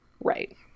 Right